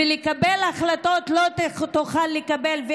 והיא לא תוכל לקבל החלטות,